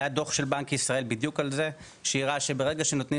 הדוח של בנק ישראל בדיוק על זה שהראה שברגע שנותנים